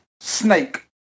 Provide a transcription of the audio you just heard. snake